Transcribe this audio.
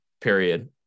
period